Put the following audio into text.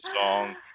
song